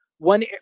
One